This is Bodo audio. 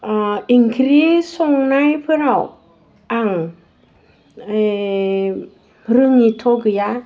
ओंख्रि संनायफोराव आं रोङैथ' गैया